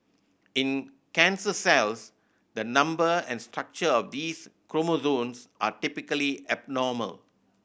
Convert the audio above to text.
in cancer cells the number and structure of these chromosomes are typically abnormal